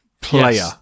player